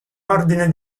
ordine